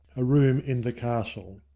a room in the castle.